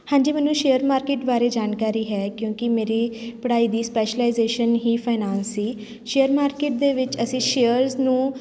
ਹਾਂਜੀ ਮੈਨੂੰ share market ਬਾਰੇ ਜਾਣਕਾਰੀ ਹੈ ਕਿਉਂਕਿ ਮੇਰੀ ਪੜ੍ਹਾਈ ਦੀ ਸਪੈਸ਼ਲਾਈਜੇਸ਼ਨ ਹੀ ਫਾਇਨਾਂਸ ਸੀ ਸ਼ੇਅਰ ਮਾਰਕੀਟ ਦੇ ਵਿੱਚ ਅਸੀਂ ਸ਼ੇਅਰਸ ਨੂੰ